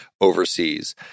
overseas